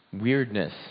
weirdness